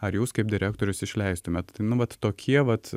ar jūs kaip direktorius išleistumėttai nu vat tokie vat